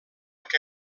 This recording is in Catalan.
que